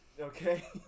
okay